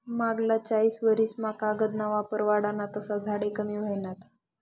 मांगला चायीस वरीस मा कागद ना वापर वाढना तसा झाडे कमी व्हयनात